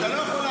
רק העם היהודי.